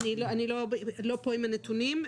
אין לא פה את הנתונים.